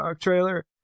trailer